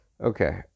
Okay